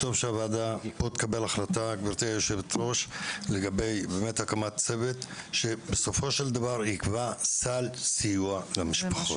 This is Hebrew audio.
טוב שהוועדה תקבל פה החלטה לגבי הקמת צוות שיקבע סל סיוע למשפחות.